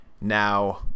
Now